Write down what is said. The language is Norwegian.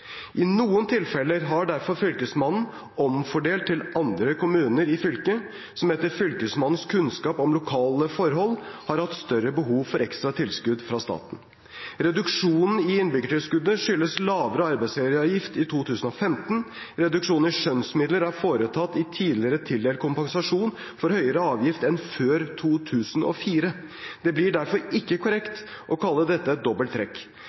I noen tilfeller har derfor fylkesmannen omfordelt til andre kommuner i fylket som etter fylkesmannens kunnskap om lokale forhold, har hatt større behov for ekstra tilskudd fra staten. Reduksjonen i innbyggertilskuddet skyldes lavere arbeidsgiveravgift i 2015. Reduksjonen i skjønnsmidler er foretatt i tidligere tildelt kompensasjon for høyere avgift enn før 2004. Det blir derfor ikke korrekt å kalle dette et dobbelt trekk.